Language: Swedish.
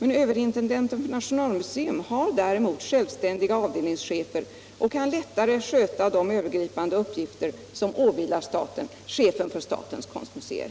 Överintendenten för nationalmuseum har däremot självständiga avdelningschefer och kan lättare sköta de övergripande uppgifter som åvilar chefen för statens konstmuseer.